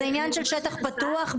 אז העניין של שטח פתוח,